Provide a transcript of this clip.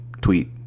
tweet